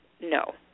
no